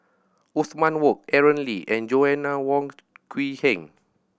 Othman Wok Aaron Lee and Joanna Wong Quee Heng